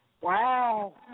Wow